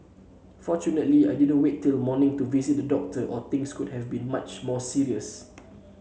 fortunately I didn't wait till morning to visit the doctor or things could have been much more serious